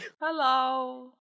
Hello